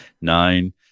Nine